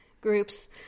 groups